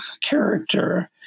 character